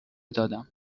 دادم